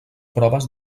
proves